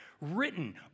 written